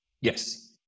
Yes